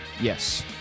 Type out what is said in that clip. Yes